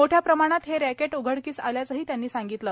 मोठ्या प्रमाणात हे रॅकेट उघडकीस आल्याचेही त्यांनी संगितले